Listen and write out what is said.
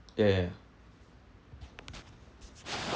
ya ya ya